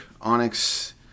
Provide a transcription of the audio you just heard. Onyx